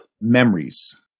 memories